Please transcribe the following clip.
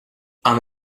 amb